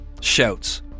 shouts